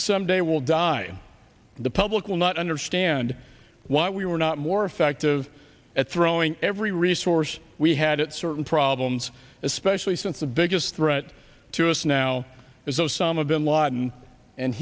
someday will die the public will not understand why we were not more effective at throwing every resource we had at certain problems especially since the biggest threat to us now is osama bin laden and